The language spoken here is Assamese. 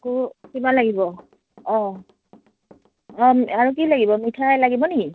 আকৌ কিবা লাগিব অঁ অঁ আৰু কি লাগিব মিঠাই লাগিব নিকি